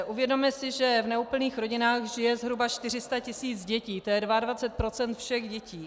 Uvědomme si, že v neúplných rodinách žije zhruba 400 tisíc dětí, to je 22 % všech dětí.